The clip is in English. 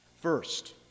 First